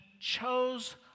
Chose